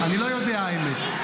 אני לא יודע, האמת.